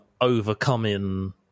overcoming